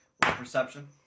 Perception